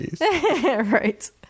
Right